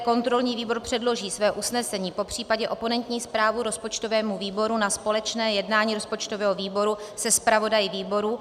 Kontrolní výbor předloží své usnesení, popř. oponentní zprávu rozpočtovému výboru na společné jednání rozpočtového výboru se zpravodaji výboru.